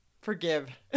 forgive